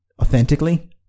authentically